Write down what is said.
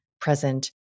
present